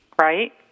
right